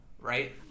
right